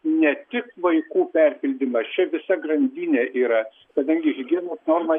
ne tik vaikų perpildymas čia visa grandinė yra kadangi higienos norma